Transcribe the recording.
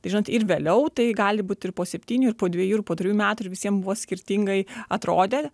tai žinot ir vėliau tai gali būt ir po septynių ir po dviejų ir po trijų metų ir visiem buvo skirtingai atrodė